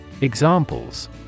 Examples